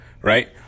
right